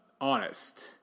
honest